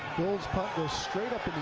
gould's punt goes straight up